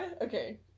Okay